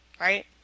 Right